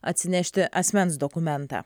atsinešti asmens dokumentą